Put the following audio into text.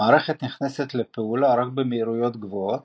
המערכת נכנסת לפעולה רק במהירויות גבוהות,